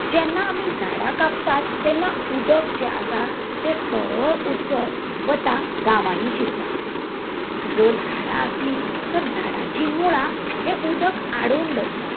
जेन्ना आमी झाडां कापतात तेन्ना उदक जे आसा तें सरळ वच्चोर वता गांवांनी शिरता जर झाडां आसली तर झाडांची मुळां हे उदक आडावन दवरतात